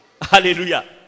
Hallelujah